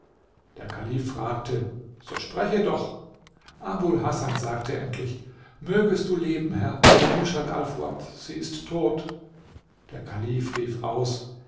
der kalif fragte so spreche doch abul hasan sagte endlich mögest du leben herr für rushat alfuad sie ist tot der kalif rief aus